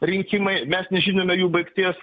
rinkimai mes nežinome jų baigties